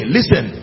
Listen